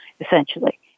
essentially